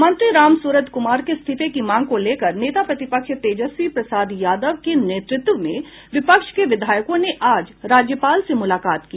मंत्री रामसूरत कुमार के इस्तीफे की मांग को लेकर नेता प्रतिपक्ष तेजस्वी प्रसाद यादव के नेतृत्व में विपक्ष के विधायकों ने आज राज्यपाल से मुलाकात की